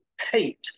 hate